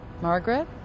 Margaret